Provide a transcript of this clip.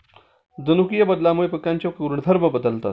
जनुकीय बदलामुळे पिकांचे गुणधर्म बदलतात